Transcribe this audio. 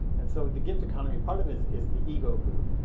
and so the gift economy, part of is is the egoboo.